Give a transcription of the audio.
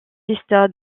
fiesta